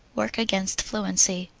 work against fluency?